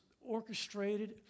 orchestrated